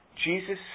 Jesus